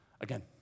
Again